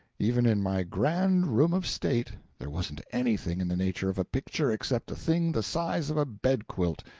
even in my grand room of state, there wasn't anything in the nature of a picture except a thing the size of a bedquilt,